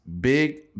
big